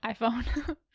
iPhone